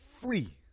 free